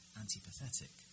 antipathetic